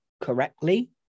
correctly